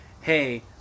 hey